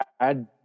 add